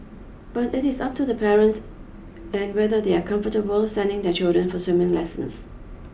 but it is up to the parents and whether they are comfortable sending their children for swimming lessons